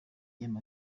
y’andi